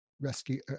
rescue